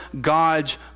God's